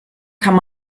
kann